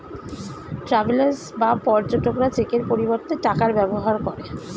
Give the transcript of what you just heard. travellers বা পর্যটকরা চেকের পরিবর্তে টাকার ব্যবহার করে